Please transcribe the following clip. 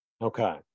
Okay